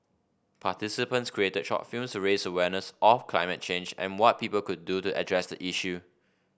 participants created short films to raise awareness of climate change and what people could do to address the issue